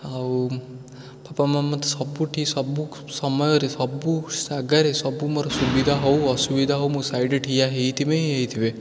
ଆଉ ବାପା ମାଆ ମୋତେ ସବୁଠି ସବୁ ସମୟରେ ସବୁ ସାଗାରେ ସବୁ ମୋର ସୁବିଧା ହଉ ଅସୁବିଧା ହଉ ମୋ ସାଇଡ଼୍ରେ ଠିଆ ହେଇଥିବେ ହିଁ ହେଇଥିବେ